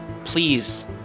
Please